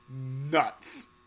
nuts